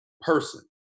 person